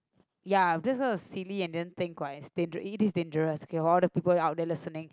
ya just gonna silly and then think right it's dang~ it is dangerous okay all the people out there listening